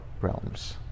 realms